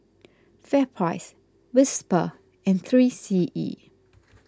FairPrice Whisper and three C E